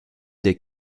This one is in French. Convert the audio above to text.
des